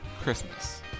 Christmas